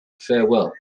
farewell